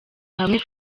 hamwe